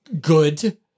good